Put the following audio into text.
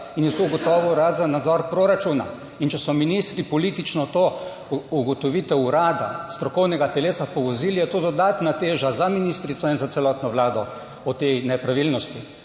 in je to ugotovil Urad za nadzor proračuna. In če so ministri politično to ugotovitev urada, strokovnega telesa, povozili je to dodatna teža za ministrico in za celotno vlado o tej nepravilnosti.